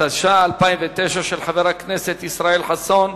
התש"ע 2009, של חבר הכנסת ישראל חסון,